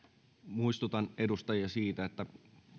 muistutan edustajia siitä että